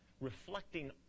reflecting